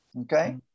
okay